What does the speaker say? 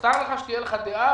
מותר לך שתהיה לך דעה,